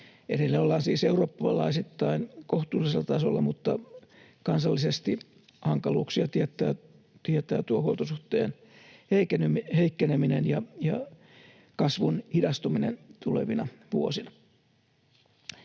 Edelleen ollaan siis eurooppalaisittain kohtuullisella tasolla, mutta kansallisesti hankaluuksia tietävät huoltosuhteen heikkeneminen ja kasvun hidastuminen tulevina vuosina.